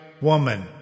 woman